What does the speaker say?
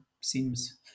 seems